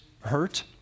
hurt